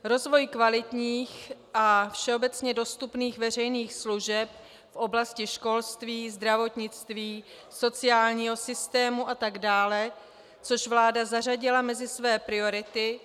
Rozvoj kvalitních a všeobecně dostupných veřejných služeb v oblasti školství, zdravotnictví, sociálního systému atd., což vláda zařadila mezi své priority.